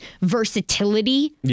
versatility